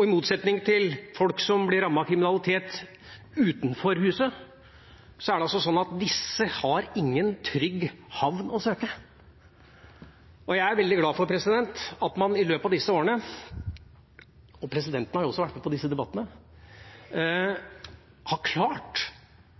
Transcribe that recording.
I motsetning til folk som blir rammet av kriminalitet utenfor huset, har disse ingen trygg havn å søke. Jeg er veldig glad for at man i løpet av disse årene – presidenten har også vært med på disse debattene – har klart ikke bare å skjerpe straffenivået og ha